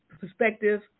perspective